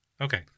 Okay